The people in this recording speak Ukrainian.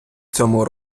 цьому